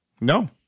No